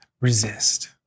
Resist